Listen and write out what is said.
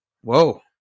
whoa